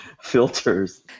filters